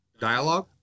dialogue